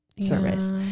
service